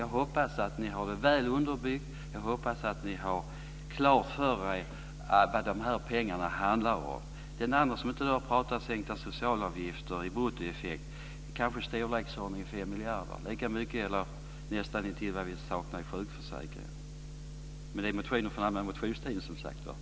Jag hoppas att det är väl underbyggt, och jag hoppas att ni har klart för er vad de här pengarna handlar om. Sänkta socialavgifter kan handla om en bruttoeffekt i storleksordningen 5 miljarder, och vi saknar nästan lika mycket i sjukförsäkringen. Men det gäller som sagt var motioner från allmänna motionstiden.